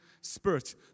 Spirit